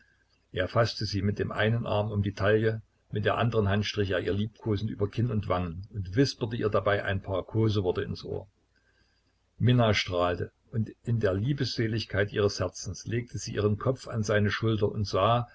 er faßte sie mit dem einen arm um die taille mit der andern hand strich er ihr liebkosend über kinn und wangen und wisperte ihr dabei ein paar koseworte ins ohr minna strahlte und in der liebesseligkeit ihres herzens legte sie ihren kopf an seine schulter und sah